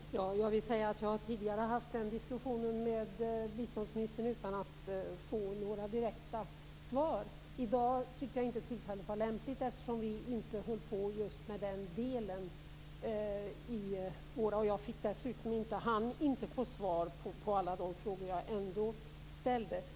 Herr talman! Jag vill säga att jag tidigare har haft den diskussionen med biståndsministern utan att få några direkta svar. I dag tyckte jag inte att tillfället var lämpligt, eftersom vi då inte behandlade just den delen. Jag hann dessutom inte få svar på alla frågor som jag ställde då.